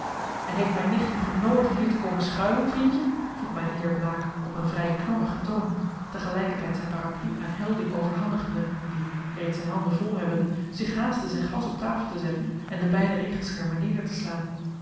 en heeft mijn nicht u genoodigd hier te koomen schuilen vriendje vroeg mij de heer blaek op een vrij knorrigen toon tegelijkertijd zijn parapluie aan helding overhandigende die reeds zijn handen vol hebbende zich haastte zijn glas op tafel te zetten en de beide regenschermen neder te slaan